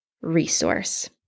resource